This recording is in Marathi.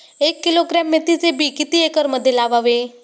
एक किलोग्रॅम मेथीचे बी किती एकरमध्ये लावावे?